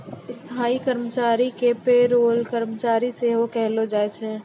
स्थायी कर्मचारी के पे रोल कर्मचारी सेहो कहलो जाय छै